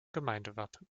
gemeindewappen